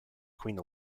queen